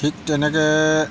ঠিক তেনেকৈ